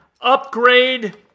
Upgrade